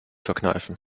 verkneifen